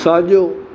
साॼो